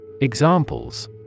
Examples